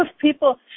people